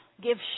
give